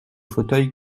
fauteuil